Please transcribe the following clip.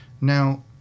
Now